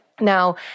Now